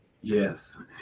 Yes